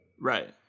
right